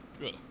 Good